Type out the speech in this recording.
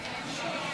תודה.